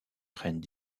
prennent